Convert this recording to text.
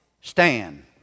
stand